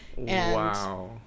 wow